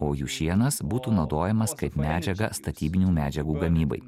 o jų šienas būtų naudojamas kaip medžiaga statybinių medžiagų gamybai